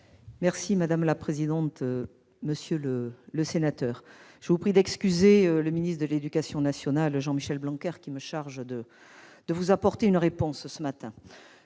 des armées. Monsieur le sénateur, je vous prie d'excuser le ministre de l'éducation nationale, Jean-Michel Blanquer, qui m'a chargée de vous apporter une réponse ce matin.